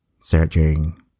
Searching